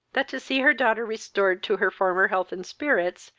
that, to see her daughter restored to her former health and spirits,